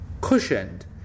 cushioned